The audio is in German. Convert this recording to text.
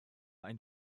ein